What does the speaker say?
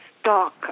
stock